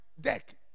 deck